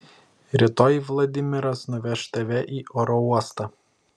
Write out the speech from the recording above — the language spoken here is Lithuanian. rytoj vladimiras nuveš tave į oro uostą